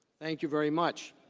thank you very much